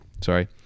Sorry